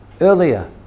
earlier